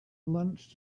lunch